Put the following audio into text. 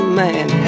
man